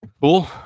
Cool